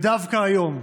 דווקא היום,